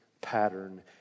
pattern